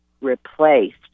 replaced